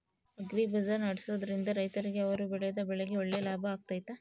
Agri Bazaar ನಡೆಸ್ದೊರಿಂದ ರೈತರಿಗೆ ಅವರು ಬೆಳೆದ ಬೆಳೆಗೆ ಒಳ್ಳೆ ಲಾಭ ಆಗ್ತೈತಾ?